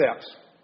steps